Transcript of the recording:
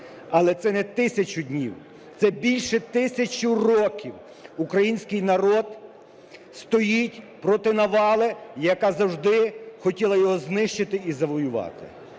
Але це не 1000 днів, це більше 1000 років український народ стоїть проти навали, яка завжди хотіла його знищити і завоювати.